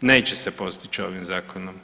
neće se postići ovim Zakonom.